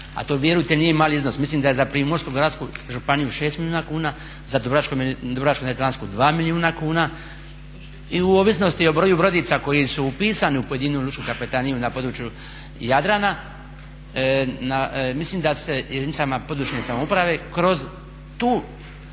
a to vjerujte nije mali iznos, mislim da je za Primorsko-goransku županiju 6 milijuna kuna, za Dubrovačko-neretvansko 2 milijuna kuna i u ovisnosti o broju brodica koji su upisani u pojedinu lučku kapetaniju na području jadrana mislim da se jedinicama područne samouprave kroz tu